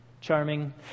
charming